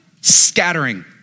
scattering